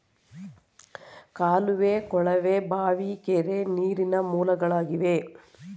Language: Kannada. ಕಾಲುವೆ, ಕೊಳವೆ ಬಾವಿ, ಕೆರೆ, ನೀರಿನ ಮೂಲಗಳಾಗಿವೆ